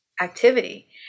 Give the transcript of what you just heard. activity